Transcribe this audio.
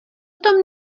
tom